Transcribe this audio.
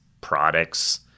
products